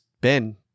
Ben